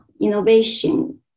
innovation